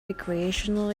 recreational